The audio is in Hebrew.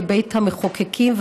כבית המחוקקים,